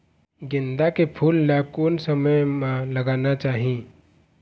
गेंदा के फूल ला कोन समय मा लगाना चाही?